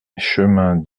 chemin